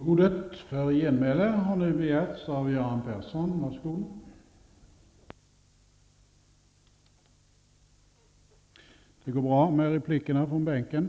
Jag är tacksam om replikerna tas från bänkarna.